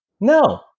No